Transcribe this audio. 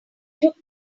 took